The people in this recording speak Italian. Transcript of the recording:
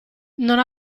non